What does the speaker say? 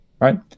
right